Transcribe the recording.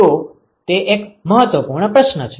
તો તે એક મહત્વપૂર્ણ પ્રશ્ન છે